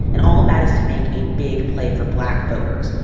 and all of that is to make a big play for black voters.